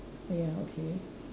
ah ya okay